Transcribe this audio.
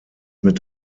mit